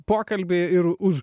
pokalbį ir už